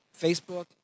Facebook